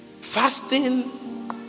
Fasting